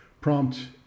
prompt